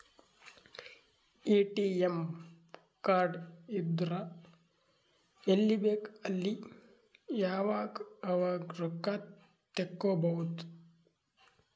ATM card ಇದ್ದುರ್ ಎಲ್ಲಿ ಬೇಕ್ ಅಲ್ಲಿ ಯಾವಾಗ್ ಅವಾಗ್ ರೊಕ್ಕಾ ತೆಕ್ಕೋಭೌದು